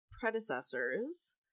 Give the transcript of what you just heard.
predecessors